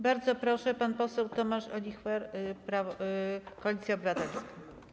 Bardzo proszę, pan poseł Tomasz Olichwer, Koalicja Obywatelska.